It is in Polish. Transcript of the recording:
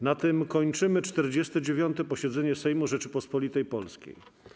Na tym kończymy 49. posiedzenie Sejmu Rzeczypospolitej Polskiej.